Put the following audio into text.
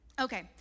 Okay